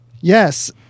Yes